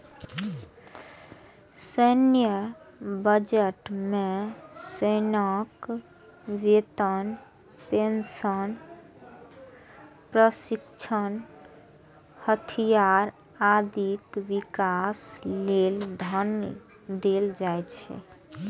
सैन्य बजट मे सेनाक वेतन, पेंशन, प्रशिक्षण, हथियार, आदिक विकास लेल धन देल जाइ छै